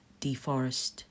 deforest